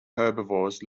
herbivores